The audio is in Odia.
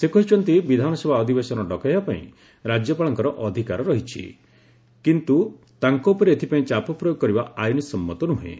ସେ କହିଛନ୍ତି ବିଧାନସଭା ଅଧିବେଶନ ଡକାଇବାପାଇଁ ରାଜ୍ୟପାଳଙ୍କର ଅଧିକାର ରହିଛି କିନ୍ତୁ ତାଙ୍କ ଉପରେ ଏଥିପାଇଁ ଚାପ ପ୍ରୟୋଗ କରିବା ଆଇନସମ୍ମତ ନୂହେଁ